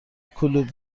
کلوب